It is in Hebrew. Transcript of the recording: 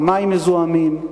המים מזוהמים,